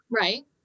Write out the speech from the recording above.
Right